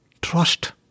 trust